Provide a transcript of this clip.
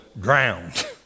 drowned